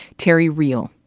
terry real.